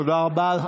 תודה רבה.